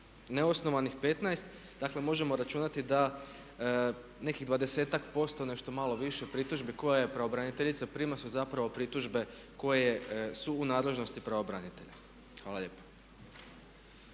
neosnovanih 15. dakle možemo računati da nekih 20-ak% nešto malo više pritužbi koje pravobraniteljica prima su zapravo pritužbe koje su u nadležnosti pravobranitelja. Hvala lijepa.